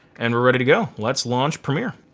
and we're ready to go. let's launch premiere.